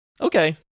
Okay